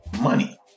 money